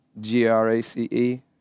G-R-A-C-E